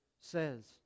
says